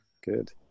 Good